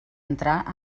entrar